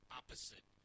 opposite